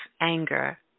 anger